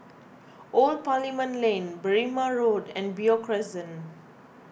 Old Parliament Lane Berrima Road and Beo Crescent